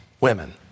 women